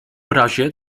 razie